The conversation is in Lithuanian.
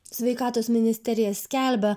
sveikatos ministerija skelbia